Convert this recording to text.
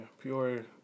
pure